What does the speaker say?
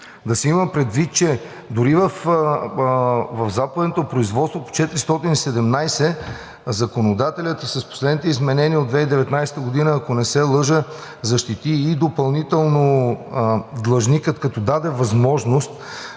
да се има предвид, че дори в заповедното производство по чл. 417 законодателят и с последните изменения от 2019 г., ако не се лъжа, защити и допълнително длъжника, като даде възможност